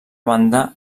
banda